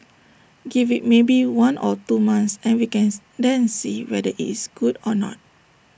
give IT maybe one or two months and we cans then see whether IT is good or not